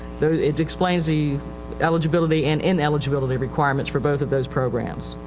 those, it explains the eligibility and ineligibility requirements for both of those programs.